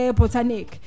botanic